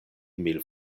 mil